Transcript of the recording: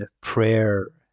prayer